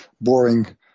boring